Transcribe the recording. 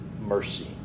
mercy